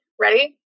ready